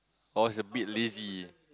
I was a bit lazy